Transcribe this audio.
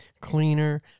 cleaner